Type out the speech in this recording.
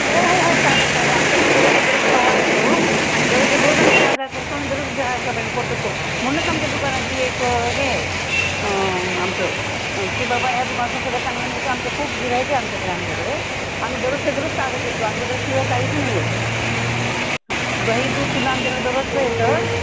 हो हो हो ताजा ताजा आमच्याकडे दररोजच्या दररोज खवा असतो आणि दररोजच्या दररोज आम्ही ताजा करतो आणि दररोज गिऱ्हाईकापर्यंत पोचवतो म्हणूनच आमच्या दुकानाची एक हे आहे आमचं की बाबा ह्या दुकानातनं सगळं चांगलं मिळतं आमच्या खूप गिऱ्हाईक आहे आमच्याकडे आमच्याकडे आम्ही दररोजच्या दररोज ताजा देतो आमच्याकडे शिळं काहीच नाही आहे हां दही दूधसुद्धा आमच्याकडे दररोजच येतं